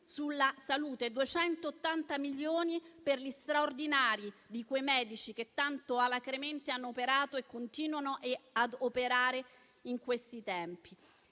sulla salute, 280 milioni per gli straordinari di quei medici che tanto alacremente hanno operato e continuano e ad operare in questi tempi.